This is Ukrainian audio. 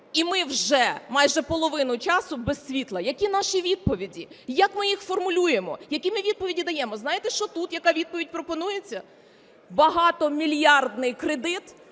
і ми вже майже половину часу без світла. Які наші відповіді і як ми їх формулюємо? Які ми відповіді даємо? Знаєте, що тут, яка відповідь пропонується? Багатомільярдний кредит